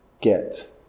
get